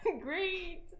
Great